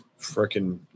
freaking